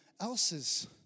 else's